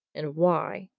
and why?